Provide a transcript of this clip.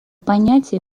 понятие